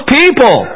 people